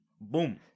boom